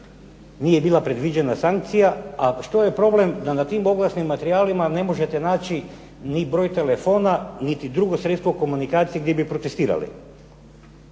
Nije bila predviđena sankcija. A što je problem da na tim oglasnim materijalima ne možete naći ni broj telefona, niti drugo sredstvo komunikacije gdje bi protestirali.